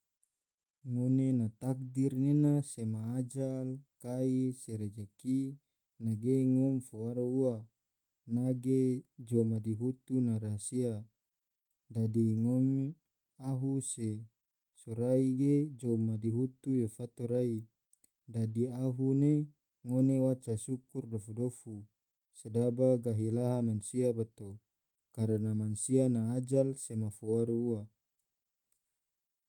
Ngone na takdir nena sema ajal, kai, se rejeki ne ge ngom fo waro ua ena ge jou madihutu ma rahasia dadi ngone ahu sorai ge jou madihutu yo fato rai dadi ahu ne ngone waca syukur dofu-dofu, sodaba gahi laha mansia bato, karana mansia na ajal sema fo waro ua